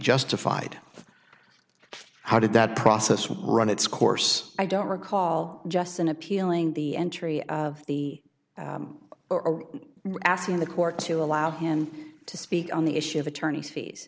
justified how did that process will run its course i don't recall justin appealing the entry of the or asking the court to allow him to speak on the issue of attorney's fees